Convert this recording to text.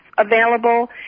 Available